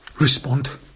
respond